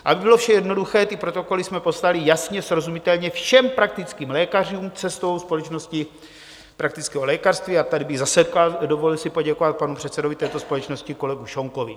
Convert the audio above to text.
Aby bylo vše jednoduché, ty protokoly jsme poslali jasně, srozumitelně všem praktickým lékařům cestou společnosti praktického lékařství, a tady bych si zase dovolil poděkovat panu předsedovi této společnosti, kolegu Šonkovi.